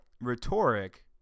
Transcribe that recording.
rhetoric